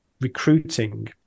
recruiting